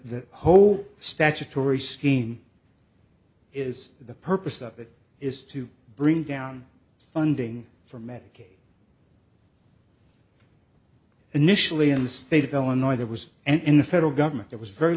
the whole statutory scheme is the purpose of it is to bring down funding for medicaid initially in the state of illinois there was and in the federal government there was very